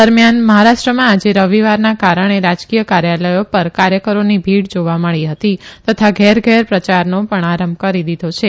દરમિયાન મહારાષ્ટ્રમાં આજે રવિવારના કારણે રાજકીય કાર્યાલયો પર કાર્યકરોની ભીડ જાવા મળી હતી તથા ઘેર ઘેર પ્રયારનો પણ આરંભ કરી દીધો છે